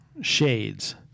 shades